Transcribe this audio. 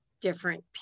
different